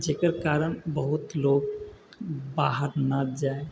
जकर कारण बहुत लोक बाहर नहि जाइ